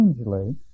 strangely